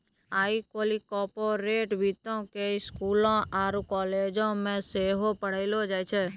आइ काल्हि कार्पोरेट वित्तो के स्कूलो आरु कालेजो मे सेहो पढ़ैलो जाय छै